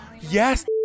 Yes